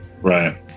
Right